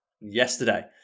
yesterday